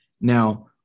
Now